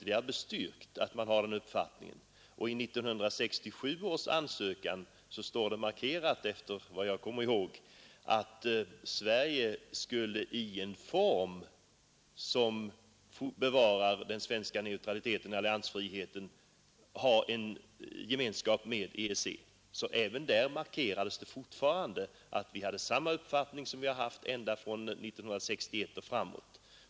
I 1967 års ansökan står efter vad jag kommer ihåg markerat att Sverige i en form, som bevarar den svenska neutraliteten, skulle ha en gemenskap med EEC. Även där markerades fortfarande att vi hade samma uppfattning som vi haft från 1961 och framåt.